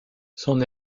son